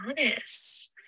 honest